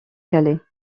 calais